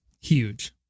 huge